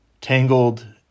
tangled